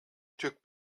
took